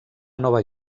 nova